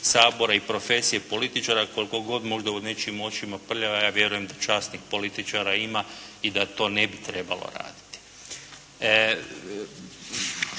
i profesije političara koliko god možda u nečijim očima prljava, ja vjerujem časnih političara ima i da to ne bi trebalo raditi.